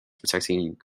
protecting